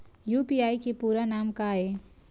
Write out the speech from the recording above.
UPI के पूरा नाम का ये?